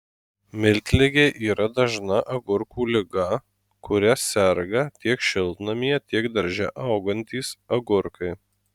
miltligė yra dažna agurkų liga kuria serga tiek šiltnamyje tiek darže augantys agurkai